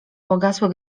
pogasły